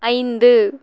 ஐந்து